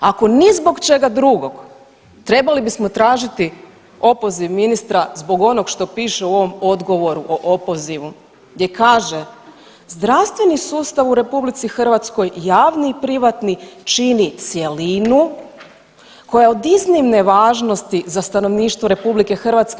Ako ni zbog čega drugog trebali bismo tražiti opoziv ministra zbog onog što piše u ovom odgovoru o opozivu gdje kaže zdravstveni sustav u RH javni i privatni čini cjelinu koja je od iznimne važnosti za stanovništvo RH.